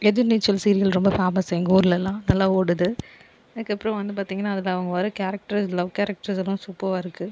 எதிர்நீச்சல் serial ரொம்ப famous எங்கள் ஊர்லலாம் நல்லா ஓடுது அதற்கப்றோம் வந்து பார்த்தீங்கன்னா அதில் அவங்க வர கேரக்டர்ஸ் லவ் கேரக்டர்ஸ்லாம் சூப்பவ்வாக இருக்கு